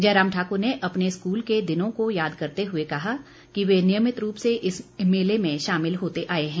जयराम ठाकर ने अपने स्कूल के दिनों को याद करते हुए कहा कि वे नियमित रूप से इस मेले में शामिल होते आए हैं